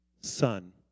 son